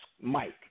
Mike